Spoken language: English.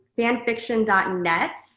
fanfiction.net